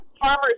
farmers